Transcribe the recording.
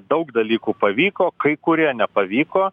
daug dalykų pavyko kai kurie nepavyko